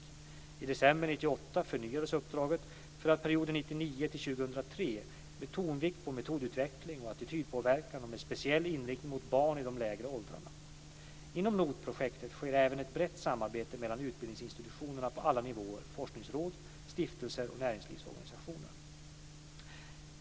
I december 1998 förnyades uppdraget för perioden 1999-2003 med tonvikt på metodutveckling och attitydpåverkan och med speciell inriktning mot barn i de lägre åldrarna. Inom NOT-projektet sker även ett brett samarbete mellan utbildningsinstitutioner på alla nivåer, forskningsråd, stiftelser och näringslivsorganisationer.